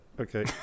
Okay